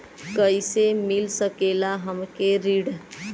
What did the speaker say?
कइसे मिल सकेला हमके ऋण?